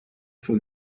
for